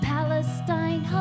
Palestine